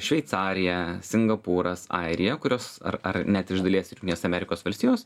šveicarija singapūras airija kurios ar ar net iš dalies ir jungtinės amerikos valstijos